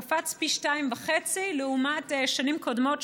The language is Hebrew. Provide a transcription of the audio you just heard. קפץ פי שניים וחצי לעומת שנים קודמות,